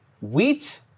wheat